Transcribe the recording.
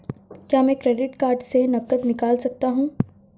क्या मैं credit card से नकद निकाल सकता हूँ?